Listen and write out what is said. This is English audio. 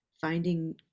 finding